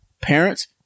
Parents